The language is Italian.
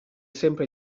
sempre